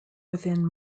within